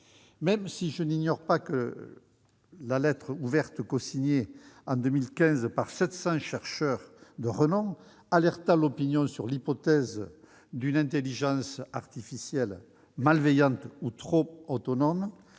Même si je n'ignore pas la lettre ouverte cosignée en 2015 par 700 chercheurs de renom alertant l'opinion sur l'hypothèse d'une « intelligence artificielle malveillante ou trop autonome